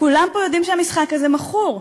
כולם פה יודעים שהמשחק הזה מכור.